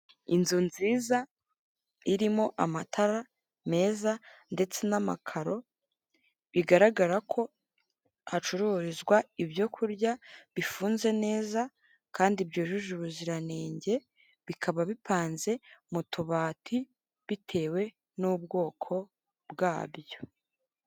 Inzu nziza irimo amatara meza ndetse n'amakaro, bigaragara ko hacururizwa ibyo kurya bifunze neza kandi byujuje ubuziranenge, bikaba bipanze mu tubati bitewe n'ubwoko bwabyo.